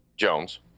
jones